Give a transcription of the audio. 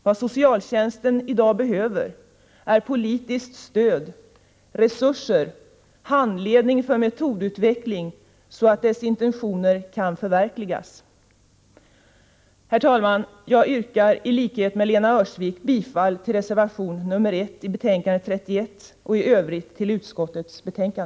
Vad socialtjänsten i dag behöver är politiskt stöd, resurser och handledning för metodutveckling så att dess intentioner kan förverkligas. Herr talman! Jag yrkar i likhet med Lena Öhrsvik bifall till reservation 1 i betänkandet 31 och i övrigt till utskottets hemställan.